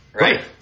Right